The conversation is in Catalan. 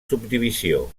subdivisió